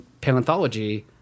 paleontology